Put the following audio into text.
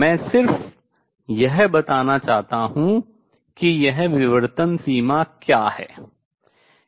मैं सिर्फ यह बताना चाहता हूँ कि यह विवर्तन सीमा क्या है